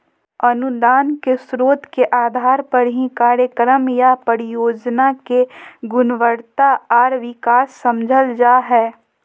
अनुदान के स्रोत के आधार पर ही कार्यक्रम या परियोजना के गुणवत्ता आर विकास समझल जा हय